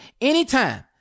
anytime